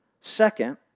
second